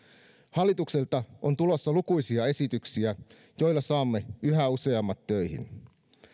hallitukselta on tulossa lukuisia esityksiä joilla saamme yhä useammat töihin